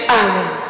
amen